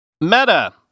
Meta